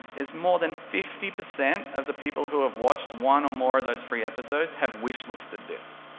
is more than fifty percent of the people who have watched one or more of those free episodes have wish listed this,